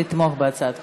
לתמוך בהצעת החוק.